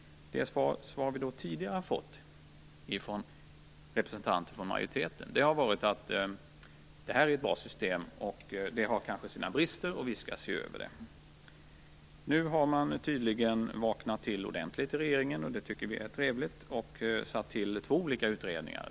Det svar vi tidigare har fått från representanter för majoriteten har varit att det är ett bra system. Det har kanske sina brister, och det skall ses över. Nu har man tydligen vaknat till ordentligt i regeringen - det tycker vi är trevligt - och tillsatt två olika utredningar.